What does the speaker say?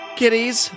kitties